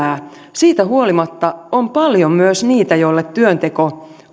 siitä huolimatta on paljon myös niitä joille työnteko